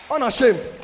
Unashamed